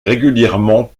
régulièrement